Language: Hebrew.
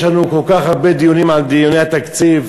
יש לנו כל כך הרבה דיונים, דיוני התקציב,